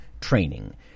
training